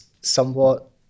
somewhat